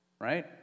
right